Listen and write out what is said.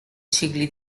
cicli